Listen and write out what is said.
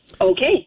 okay